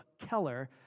Keller